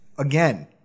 Again